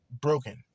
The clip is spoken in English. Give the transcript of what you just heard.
broken